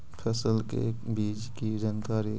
फसल के बीज की जानकारी?